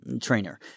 Trainer